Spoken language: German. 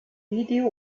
video